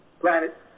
planet